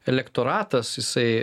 elektoratas jisai